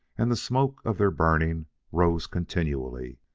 and the smoke of their burning rose continually.